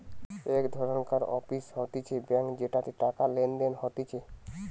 এক ধরণকার অফিস হতিছে ব্যাঙ্ক যেটাতে টাকা লেনদেন হতিছে